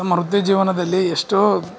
ತಮ್ಮ ವೃತ್ತಿ ಜೀವನದಲ್ಲಿ ಎಷ್ಟೋ